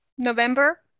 November